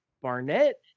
Barnett